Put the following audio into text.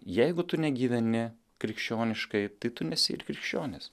jeigu tu negyveni krikščioniškai tai tu nesi ir krikščionis